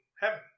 heaven